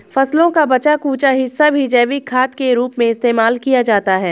फसलों का बचा कूचा हिस्सा भी जैविक खाद के रूप में इस्तेमाल किया जाता है